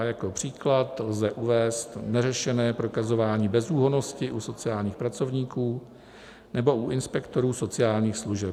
Jako příklad lze uvést neřešené prokazování bezúhonnosti u sociálních pracovníků nebo u inspektorů sociálních služeb.